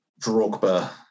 Drogba